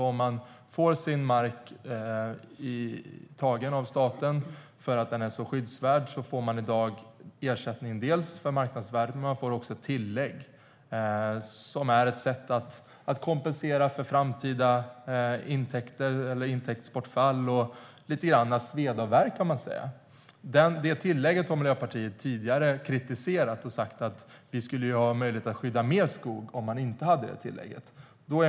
Om man får sin mark tagen av staten för att den är så skyddsvärd får man i dag ersättning för marknadsvärdet och dessutom ett tillägg som kompensation för framtida intäktsbortfall och sveda och värk, kan man säga. Det tillägget har Miljöpartiet tidigare kritiserat. Man har sagt att vi skulle ha möjlighet att skydda mer skog om vi inte hade tillägget.